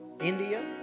India